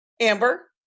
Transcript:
Amber